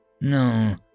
No